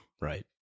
Right